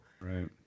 right